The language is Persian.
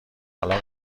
حالا